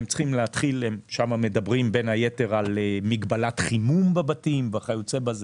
שם הם מדברים בין היתר על מגבלת חימום בבתים וכיו"ב.